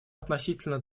относительно